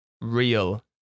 real